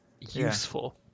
useful